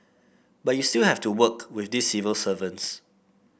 but you still have to work with these civil servants